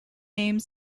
named